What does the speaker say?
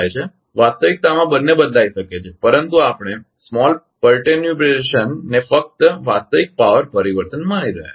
વાસ્તવિકતામાં બંને બદલાઇ શકે છે પરંતુ આપણે નાના ખિન્નતાને ફક્ત વાસ્તવિક પાવર પરિવર્તન માની રહ્યા છીએ